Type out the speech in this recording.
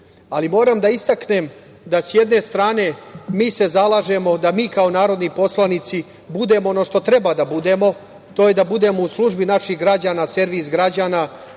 poslanika. Moram da istaknem da sa jedne strane mi se zalažemo da mi kao narodni poslanici budemo ono što treba da budemo, to je da budemo u službi naših građana, servis građana.